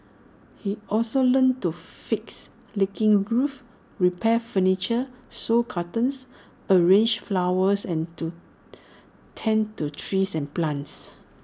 he also learnt to fix leaking roofs repair furniture sew curtains arrange flowers and to tend to trees and plants